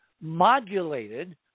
modulated